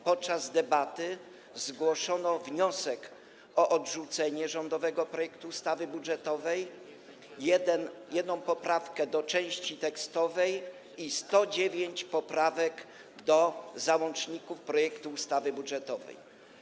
Podczas debaty zgłoszono wniosek o odrzucenie rządowego projektu ustawy budżetowej, jedną poprawkę do części tekstowej i 109 poprawek do załączników projektu ustawy budżetowej.